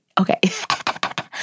Okay